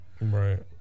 right